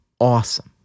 awesome